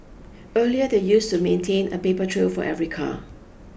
earlier they used to maintain a paper trail for every car